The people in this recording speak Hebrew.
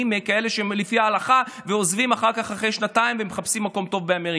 מכאלה שהם לפי ההלכה ועוזבים אחרי שנתיים ומחפשים מקום טוב באמריקה.